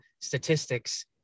statistics